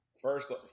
first